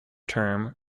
term